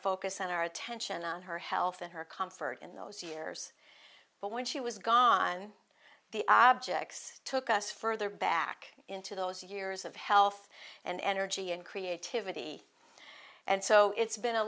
focus our attention on her health and her comfort in those years but when she was gone the objects took us further back into those years of health and energy and creativity and so it's been a